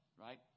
right